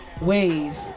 ways